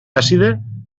àcida